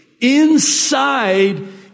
inside